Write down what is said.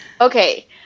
Okay